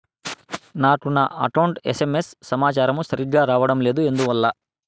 నాకు నా account SMS సమాచారము సరిగ్గా రావడం లేదు ఎందువల్ల?